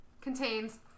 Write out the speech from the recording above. contains